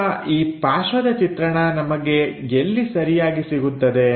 ಈಗ ಈ ಪಾರ್ಶ್ವದ ಚಿತ್ರಣ ನಮಗೆ ಎಲ್ಲಿ ಸರಿಯಾಗಿ ಸಿಗುತ್ತದೆ